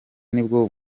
nibwo